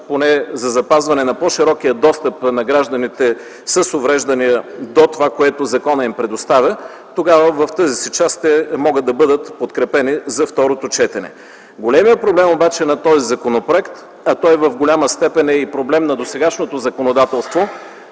поне за запазване на по-широкия достъп на гражданите с увреждания до това, което законът им предоставя, тогава в тази си част те могат да бъдат подкрепени за второто четене. Големият проблем на този законопроект обаче, а той в голяма степен е и проблем на досегашното законодателство,